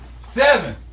Seven